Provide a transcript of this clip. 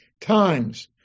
times